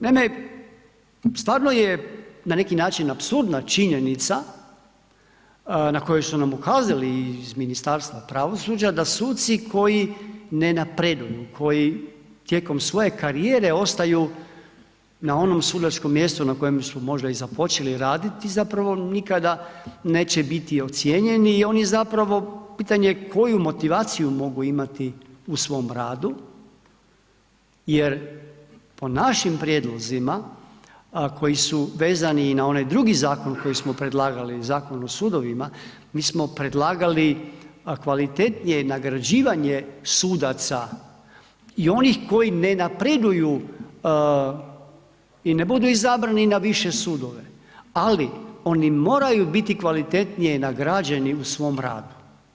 Naime, stvarno je na neki način apsurdna činjenica na koju su nam ukazali iz Ministarstva pravosuđa da suci koji ne napreduju, koji tijekom svoje karijere ostaju na onom sudačkom mjestu možda i započeli raditi, zapravo nikada neće biti ocijenjeni i oni zapravo pitanje koji motivaciju mogu imati u svom radu jer po našim prijedlozima koji su vezani na onaj drugi zakon koji smo predlagali, Zakon o sudovima, mi smo predlagali kvalitetnije nagrađivanje sudaca i onih kojih ne napreduju i ne budu izabrani na više sudove ali oni moraju biti kvalitetnije nagrađeni u svom radu.